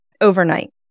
overnight